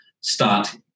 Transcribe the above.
start